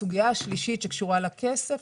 הסוגייה השלישית שקשורה לכסף.